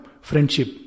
friendship